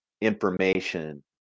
information